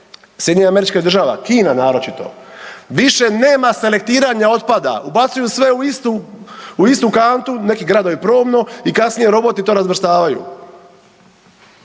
državama, Norveška, SAD, Kina naročito, više nema selektiranja otpada, ubacuju sve u istu, u istu kantu, neki gradovi probno i kasnije roboti to razvrstavaju.